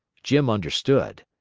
jim understood.